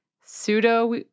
pseudo